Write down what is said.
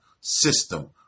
system